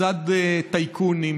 מצד טייקונים,